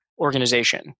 organization